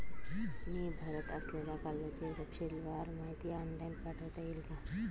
मी भरत असलेल्या कर्जाची तपशीलवार माहिती ऑनलाइन पाठवता येईल का?